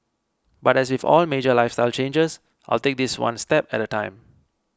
but as if all major lifestyle changes I'll take this one step at a time